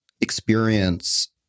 experience